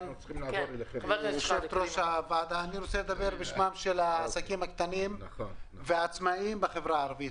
אני רוצה לדבר בשמם של העסקים הקטנים והעצמאים בחברה הערבית,